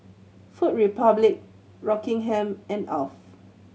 Food Republic Rockingham and Alf